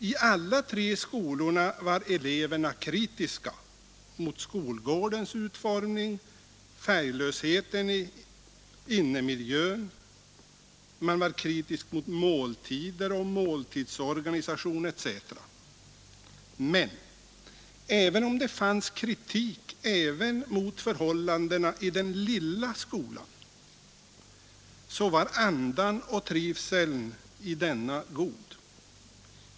I alla tre skolorna var eleverna kritiska mot skolgårdens utformning, färglösheten i innemiljön, måltider och måltidsorganisation etc. Men även om det fanns kritik också mot förhållandena i den lilla skolan, var andan och trivseln i denna god.